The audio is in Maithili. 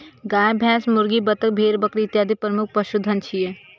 गाय, भैंस, मुर्गी, बत्तख, भेड़, बकरी इत्यादि प्रमुख पशुधन छियै